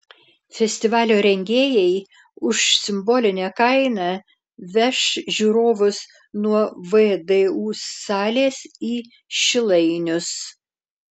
festivalio rengėjai už simbolinę kainą veš žiūrovus nuo vdu salės į šilainius